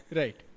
right